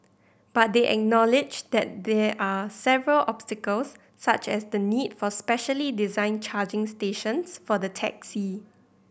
but they acknowledged that there are several obstacles such as the need for specially designed charging stations for the taxi